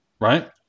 Right